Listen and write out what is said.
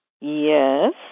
Yes